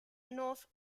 north